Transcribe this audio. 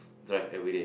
drive everyday